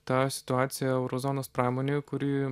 tą situaciją euro zonos pramonėje kuri